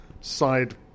side